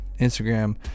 Instagram